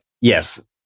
Yes